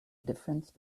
difference